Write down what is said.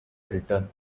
return